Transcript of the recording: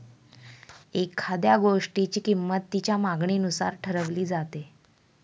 एखाद्या गोष्टीची किंमत तिच्या मागणीनुसार ठरवली जाते